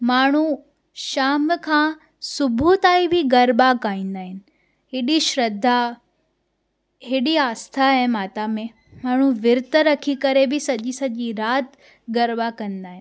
माण्हू शाम खां सुबुहु ताईं बि गरबा ॻाईंदा आहिनि हेॾी श्रद्धा हेॾी आस्था आहे माता में माण्हू वृत रखी करे बि सॼी सॼी राति गरबा कंदा आहिनि